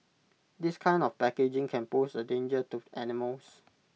this kind of packaging can pose A danger to animals